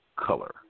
color